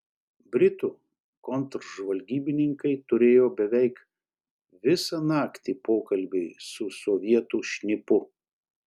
britų kontržvalgybininkai turėjo beveik visą naktį pokalbiui su sovietų šnipu